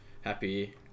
happy